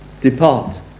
Depart